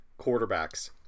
quarterbacks